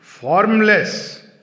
formless